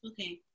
Okay